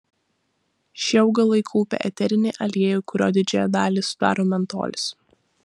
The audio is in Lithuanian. šie augalai kaupia eterinį aliejų kurio didžiąją dalį sudaro mentolis